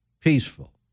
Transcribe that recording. peaceful